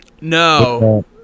No